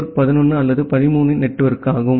network 11 அல்லது 13 இன் network